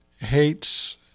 hates